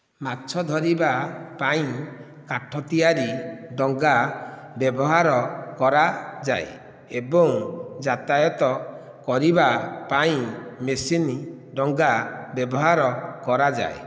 ମାଛ ଧରିବା ପାଇଁ କାଠ ତିଆରି ଡଙ୍ଗା ବ୍ୟବହାର କରାଯାଏ ଏବଂ ଯାତାୟାତ କରିବା ପାଇଁ ମେସିନ୍ ଡଙ୍ଗା ବ୍ୟବହାର କରାଯାଏ